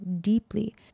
deeply